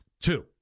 Two